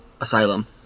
Asylum